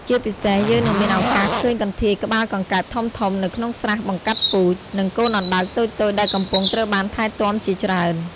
ជាពិសេសយើងនឹងមានឱកាសឃើញកន្ធាយក្បាលកង្កែបធំៗនៅក្នុងស្រះបង្កាត់ពូជ និងកូនអណ្ដើកតូចៗដែលកំពុងត្រូវបានថែទាំជាច្រើន ។